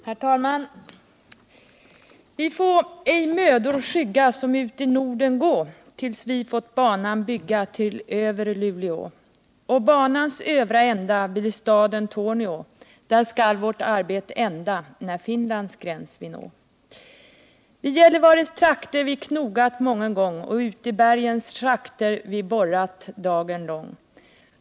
Herr talman! Låt mig börja så här: ”Vi få ej mödor skygga som uti Norden gå, tills vi fått banan bygga till Över-Luleå. Där skall vårt arbet vända, när Finlands gräns vi nå. vi knogat mången gång och uti bergens schakter vi borrat, dagen lång.